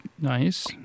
Nice